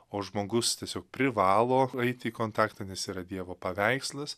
o žmogus tiesiog privalo eiti į kontaktą nes yra dievo paveikslas